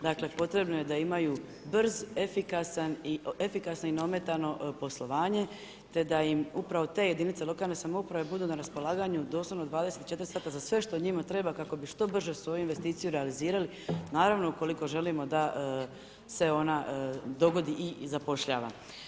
Dakle, potrebno je da imaju brz, efikasan i neometano poslovanje te da im uprave te jedinice lokalne samouprave budu na raspolaganju doslovno 24 sata za sve što njima treba kako bi što brže svoju investiciju realizirali, naravno ukoliko želimo da se ona dogodi i zapošljava.